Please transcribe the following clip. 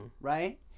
Right